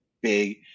big